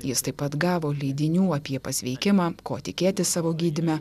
jis taip pat gavo leidinių apie pasveikimą ko tikėtis savo gydyme